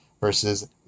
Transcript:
Versus